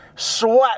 sweat